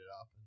up